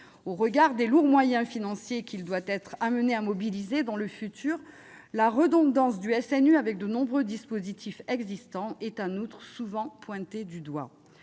Au regard des lourds moyens financiers que le SNU devrait mobiliser dans l'avenir, sa redondance avec de nombreux dispositifs existants est en outre souvent pointée du doigt.